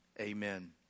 Amen